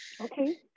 Okay